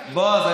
בועז,